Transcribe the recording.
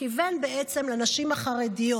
בעצם לנשים החרדיות.